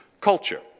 culture